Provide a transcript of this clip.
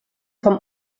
vom